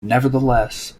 nevertheless